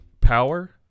Power